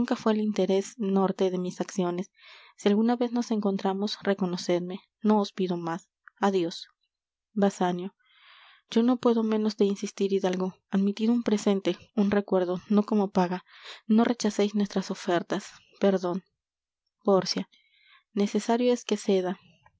fué el interes norte de mis acciones si alguna vez nos encontramos reconocedme no os pido más adios basanio yo no puedo menos de insistir hidalgo admitid un presente un recuerdo no como paga no rechaceis nuestras ofertas perdon pórcia necesario es que ceda